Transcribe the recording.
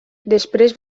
després